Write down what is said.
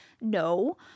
No